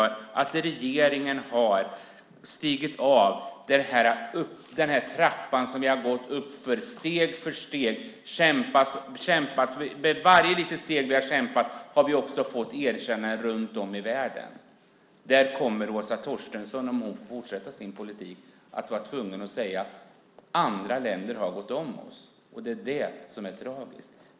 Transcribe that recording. Regeringen har stigit av den trappa som vi har gått uppför steg för steg. För varje litet steg vi har kämpat har vi också fått erkännanden runt om i världen. Åsa Torstensson kommer om hon får fortsätta sin politik att vara tvungen att säga att andra länder har gått om oss. Det är det som är tragiskt.